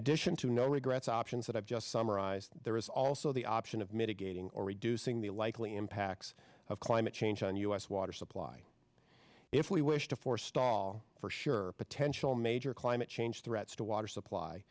addition to no regrets options that i've just summarized there is also the option of mitigating or reducing the likely impacts of climate change on us water supply if we wish to forestall for sure potential major climate change threats to water supply